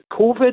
COVID